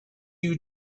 you